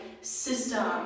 system